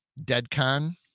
Deadcon